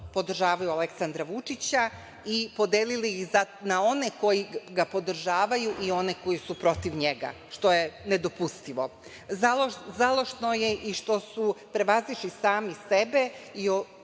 podržavaju Aleksandra Vučića i podelili ih na one koji ga podržavaju i one koji su protiv njega, što je nedopustivo. Žalosno je i što su prevazišli sami sebe